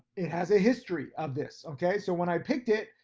it has a history of this, okay, so when i picked it,